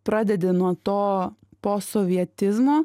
pradedi nuo to po sovietizmo